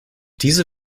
diese